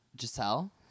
Giselle